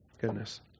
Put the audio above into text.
Goodness